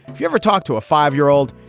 if you ever talk to a five year old,